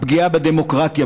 הפגיעה בדמוקרטיה,